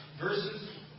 verses